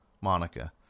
Monica